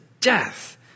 death